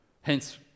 Hence